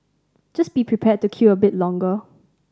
just be prepared to queue a bit longer